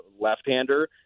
left-hander